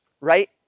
right